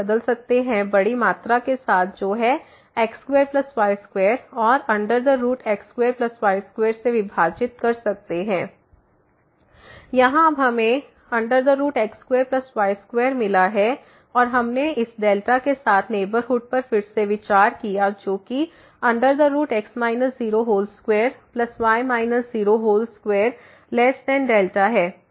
बदल सकते हैं बड़ी मात्रा के साथ जो है x2y2 और x2y2 से विभाजित कर सकते हैं यहाँ अब हमें x2y2 मिला और हमने इस डेल्टा के इस नेबरहुड पर फिर से विचार किया जो कि 22δ है